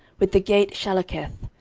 with the gate shallecheth,